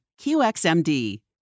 QXMD